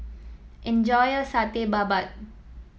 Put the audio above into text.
enjoy your Satay Babat